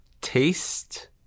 taste